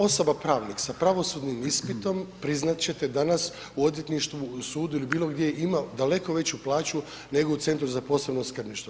Osoba pravnik sa pravosudnim ispitom priznat ćete danas, u odvjetništvu, u sudu ili bilo gdje ima daleko veću plaću nego u Centru za posebno skrbništvo.